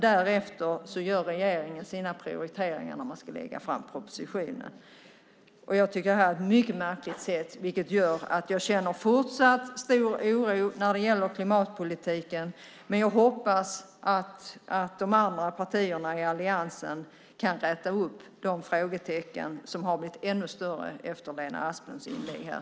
Därefter gör regeringen sina prioriteringar i samband med att en proposition läggs fram. Jag tycker att detta är mycket märkligt. Det gör att jag fortsatt känner en stor oro när det gäller klimatpolitiken. Men jag hoppas att de andra partierna i alliansen kan räta ut de frågetecken som finns och som har blivit ännu större efter Lena Asplunds inlägg här.